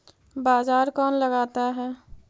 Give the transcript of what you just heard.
बाजार कौन लगाता है?